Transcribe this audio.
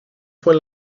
fue